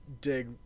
dig